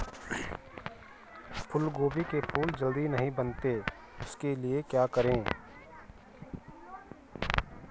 फूलगोभी के फूल जल्दी नहीं बनते उसके लिए क्या करें?